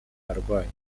arwaye